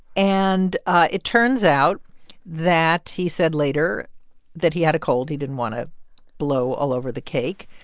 and it turns out that he said later that he had a cold. he didn't want to blow all over the cake.